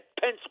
Pence